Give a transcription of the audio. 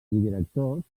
directors